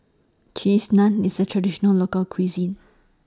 Cheese Naan IS A Traditional Local Cuisine